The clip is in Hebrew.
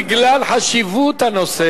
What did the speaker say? בגלל חשיבות הנושא,